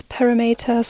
parameters